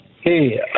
Hey